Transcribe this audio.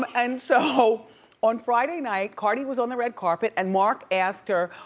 um and so on friday night, cardi was on the red carpet and marc asked her,